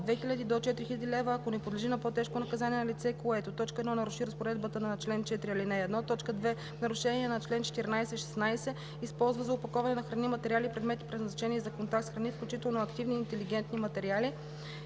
от 2000 до 4000 лв., ако не подлежи на по-тежко наказание, на лице, което: 1. наруши разпоредбата на чл. 4, ал. 1; 2. в нарушение на чл. 14 – 16 използва за опаковане на храни материали и предмети, предназначени за контакт с храни, включително активни и интелигентни материали